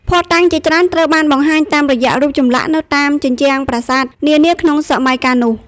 ភស្តុតាងជាច្រើនត្រូវបានបង្ហាញតាមរយៈរូបចម្លាក់នៅតាមជញ្ជាំងប្រាសាទនានាក្នុងសម័យកាលនោះ។